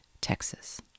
Texas